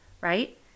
right